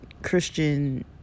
christian